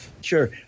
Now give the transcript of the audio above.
sure